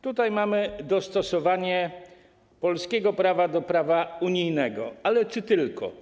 Tutaj mamy dostosowanie polskiego prawa do prawa unijnego, ale czy tylko?